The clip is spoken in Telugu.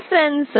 సెన్సార్